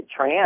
Tran